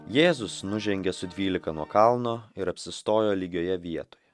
jėzus nužengė su dvylika nuo kalno ir apsistojo lygioje vietoje